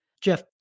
Jeff